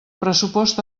pressupost